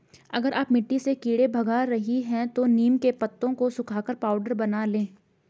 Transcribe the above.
अगर आप मिट्टी से कीड़े भगा रही हैं तो नीम के पत्तों को सुखाकर पाउडर बना लें